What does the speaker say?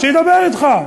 שידבר אתך,